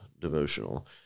devotional